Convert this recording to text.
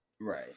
Right